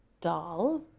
doll